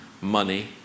money